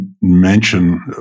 mention